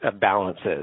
balances